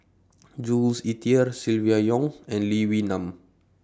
Jules Itier Silvia Yong and Lee Wee Nam